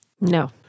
No